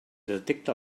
detecta